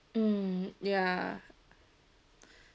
mm ya